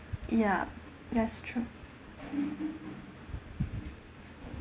ya that's true